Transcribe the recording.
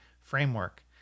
framework